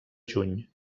juny